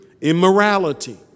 immorality